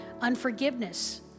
unforgiveness